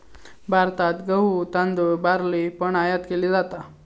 भारतात गहु, तांदुळ, बार्ली पण आयात केली जाता